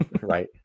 Right